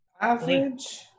Average